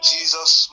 Jesus